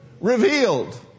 revealed